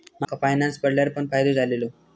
माका फायनांस पडल्यार पण फायदो झालेलो